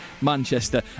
Manchester